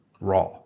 raw